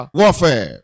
warfare